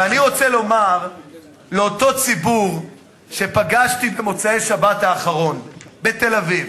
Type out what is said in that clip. ואני רוצה לומר לאותו ציבור שפגשתי במוצאי-שבת בתל-אביב,